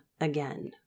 again